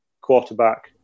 quarterback